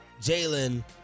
Jalen